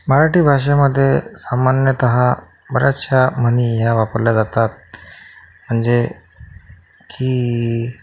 मराठी भाषेमध्ये सामान्यतः बऱ्याचशा म्हणी ह्या वापरल्या जातात म्हणजे की